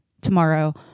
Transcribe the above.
tomorrow